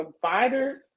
provider